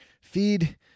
feed